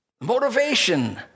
Motivation